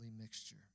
mixture